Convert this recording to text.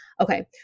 Okay